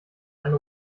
eine